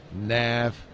nav